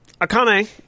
Akane